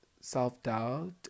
Self-doubt